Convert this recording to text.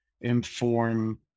inform